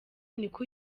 niko